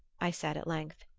i said at length.